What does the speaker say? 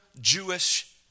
Jewish